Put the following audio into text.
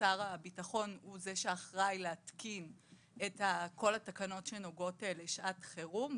שר הביטחון הוא זה שאחראי להתקין את כל התקנות שנוגעות לשעת חירום,